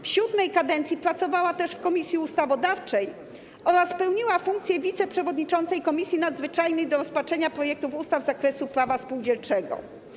W VII kadencji pracowała też w Komisji Ustawodawczej oraz pełniła funkcję wiceprzewodniczącej Komisji Nadzwyczajnej do rozpatrzenia projektów ustaw z zakresu prawa spółdzielczego.